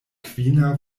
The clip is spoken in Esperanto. kvina